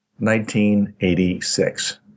1986